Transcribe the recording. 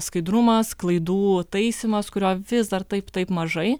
skaidrumas klaidų taisymas kurio vis dar taip taip mažai